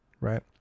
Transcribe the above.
right